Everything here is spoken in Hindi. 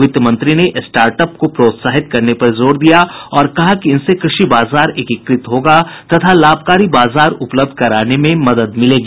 वित्त मंत्री ने स्टार्ट अप्स को प्रोत्साहित करने पर भी जोर दिया और कहा कि इनसे कृषि बाजार एकीकृत होगा तथा लाभकारी बाजार उपलब्ध कराने में मदद मिलेगी